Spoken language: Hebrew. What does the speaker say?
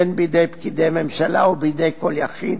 בין בידי פקידי ממשלה או בידי כל יחיד,